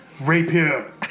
rapier